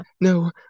no